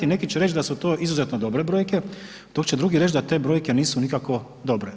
Neki će reći da su izuzetno dobre brojke dok će drugi reći da te brojke nisu nikako dobre.